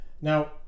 now